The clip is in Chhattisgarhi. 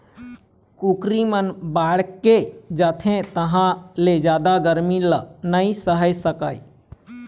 कुकरी मन बाड़गे जाथे तहाँ ले जादा गरमी ल नइ सहे सकय